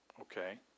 Okay